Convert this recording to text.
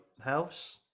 House